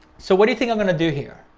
so what do you think i'm gonna do here?